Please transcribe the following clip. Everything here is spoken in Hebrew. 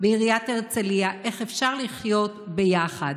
בעיריית הרצליה איך אפשר לחיות ביחד.